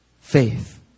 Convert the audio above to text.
faith